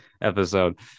episode